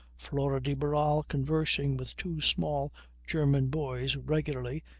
flora de barral conversing with two small german boys, regularly,